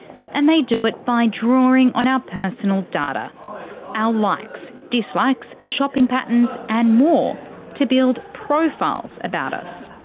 and they do it by drawing on our personal data our likes, dislikes, shopping patterns and more to build profiles about us.